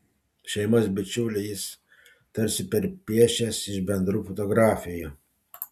šeimos bičiulį jis tarsi perpiešęs iš bendrų fotografijų